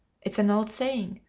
it's an old saying,